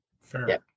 Fair